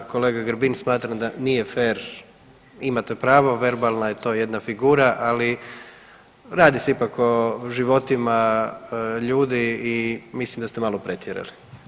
Kolega Grbin, smatram da nije fer, imate pravo, verbalna je to jedna figura, ali radi se ipak o životima ljudi i mislim da ste malo pretjerali.